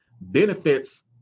benefits